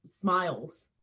smiles